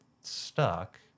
stuck